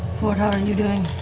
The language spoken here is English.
fjord, how are you doing?